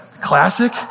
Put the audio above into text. Classic